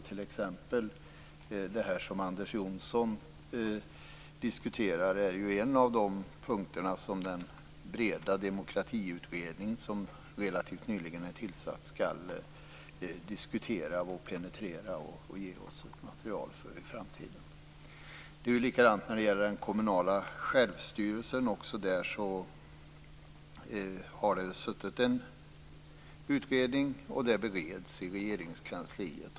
T.ex. är frågan som Anders Johnson diskuterade en av de punkter som skall penetreras av den breda demokratiutredning som relativt nyligen tillsatts. Utredningen skall ta fram material för oss i framtiden. Likadant är det med frågan om det kommunala självstyret. En utredning har gjorts som nu bereds i Regeringskansliet.